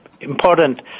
important